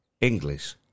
English